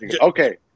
Okay